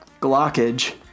glockage